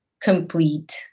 complete